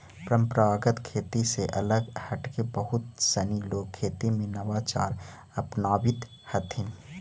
परम्परागत खेती से अलग हटके बहुत सनी लोग खेती में नवाचार अपनावित हथिन